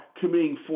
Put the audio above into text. committing